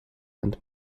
and